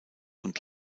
und